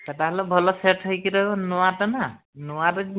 ସେଇଟା ହେଲେ ଭଲ ସେଟ୍ ହୋଇକି ରହିବ ନୂଆଟା ନା ନୂଆରେ